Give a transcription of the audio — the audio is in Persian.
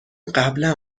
قبلا